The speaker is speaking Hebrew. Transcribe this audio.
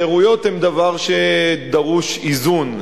הן דבר שדרוש בו איזון.